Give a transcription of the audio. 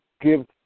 give